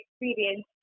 experience